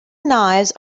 knives